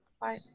Bye